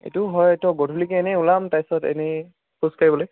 এইটোও হয় তই গধূলিকৈ এনেই ওলাম তাৰপিছত এনেই খোজ কাঢ়িবলৈ